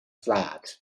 flat